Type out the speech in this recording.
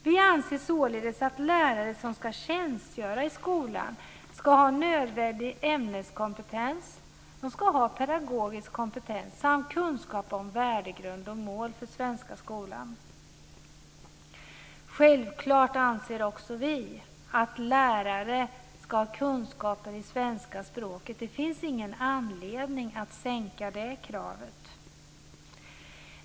Vi anser således att lärare som ska tjänstgöra i skolan ska ha nödvändig ämneskompetens, pedagogisk kompetens samt kunskap om värdegrund och mål för den svenska skolan. Självklart anser också vi att lärare ska ha kunskaper i svenska språket. Det finns inte någon anledning att sänka det kravet.